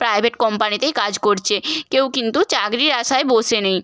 private কোম্পানিতেই কাজ করছে কেউ কিন্তু চাকরির আশায় বসে নেই